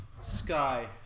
Sky